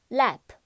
Lap